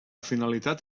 finalitat